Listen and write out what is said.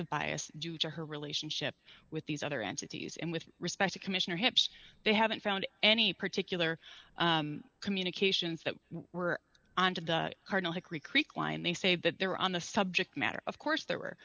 of bias due to her relationship with these other entities and with respect to commissioner hips they haven't found any particular communications that were on to the carnal hickory creek line they say that they're on the subject matter of course there were